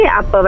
apa